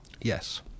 Yes